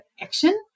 action